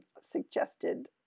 suggested